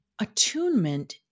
attunement